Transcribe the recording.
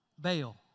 bail